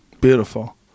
Beautiful